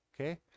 okay